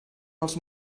els